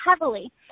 heavily